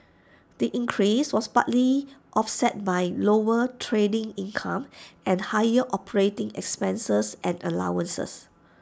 the increase was partly offset by lower trading income and higher operating expenses and allowances